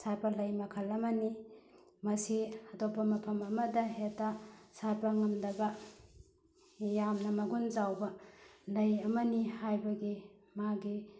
ꯁꯥꯠꯄ ꯂꯩ ꯃꯈꯜ ꯑꯃꯅꯤ ꯃꯁꯤ ꯑꯇꯣꯞꯄ ꯃꯐꯝ ꯑꯃꯗ ꯍꯦꯛꯇ ꯁꯥꯠꯄ ꯉꯝꯗꯕ ꯌꯥꯝꯅ ꯃꯒꯨꯟ ꯆꯥꯎꯕ ꯂꯩ ꯑꯃꯅꯤ ꯍꯥꯏꯕꯒꯤ ꯃꯥꯒꯤ